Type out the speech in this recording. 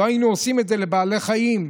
לא היינו עושים את זה לבעלי חיים.